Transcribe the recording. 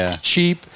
cheap